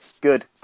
good